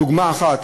דוגמה אחת.